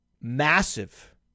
massive